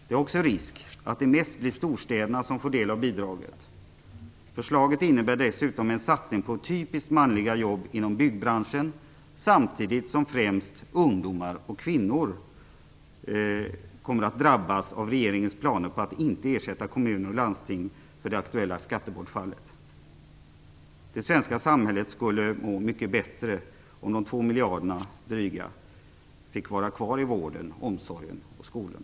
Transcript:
Det finns också en risk att det mest blir storstäderna som får del av bidraget. Förslaget innebär dessutom en satsning på typiskt manliga jobb inom byggbranschen samtidigt som det främst är ungdomar och kvinnor som kommer att drabbas av regeringens planer på att inte ersätta kommuner och landsting för det aktuella skattebortfallet. Det svenska samhället skulle må mycket bättre om dessa dryga 2 miljarder kronor fick vara kvar i vården, omsorgen och skolan.